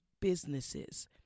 businesses